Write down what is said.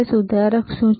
તે સુધારક છે